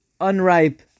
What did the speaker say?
unripe